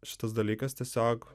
šitas dalykas tiesiog